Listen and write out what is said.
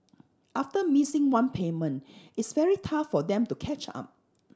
after missing one payment it's very tough for them to catch up